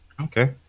Okay